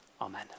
Amen